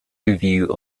review